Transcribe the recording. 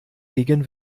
gegen